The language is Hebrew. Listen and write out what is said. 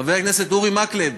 חבר הכנסת אורי מקלב,